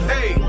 Hey